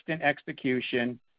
execution